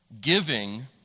giving